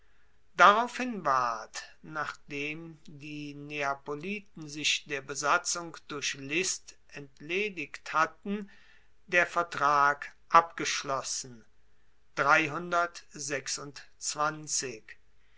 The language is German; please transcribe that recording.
daraufhin ward nachdem die neapoliten sich der besatzung durch list entledigt hatten der vertrag abgeschlossen